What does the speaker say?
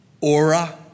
aura